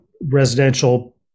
residential